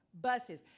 Buses